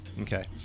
okay